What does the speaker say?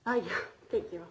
i think you